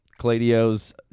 Cladio's